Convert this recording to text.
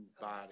body